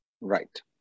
Right